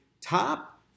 top